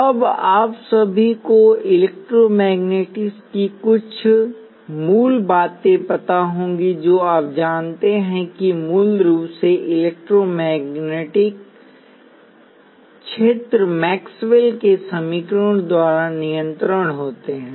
अब आप सभी को इलेक्ट्रोमैग्नेटिक्स की कुछ मूल बातें पता होंगी जो आप जानते हैं कि मूल रूप से इलेक्ट्रोमैग्नेटिक क्षेत्र मैक्सवेल के समीकरणों द्वारा नियंत्रित होते हैं